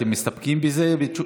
אתם מסתפקים בזה?